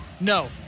No